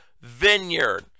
Vineyard